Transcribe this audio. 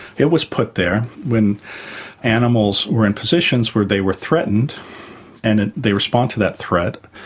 it was put there when animals were in positions where they were threatened and they respond to that threat,